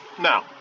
Now